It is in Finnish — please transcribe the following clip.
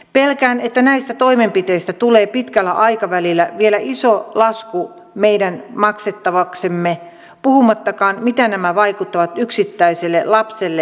pelkään että näistä toimenpiteistä tulee pitkällä aikavälillä vielä iso lasku meidän maksettavaksemme puhumattakaan miten nämä vaikuttavat yksittäiseen lapseen ja nuoreen